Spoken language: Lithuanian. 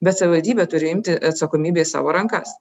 bet savivaldybė turi imti atsakomybę į savo rankas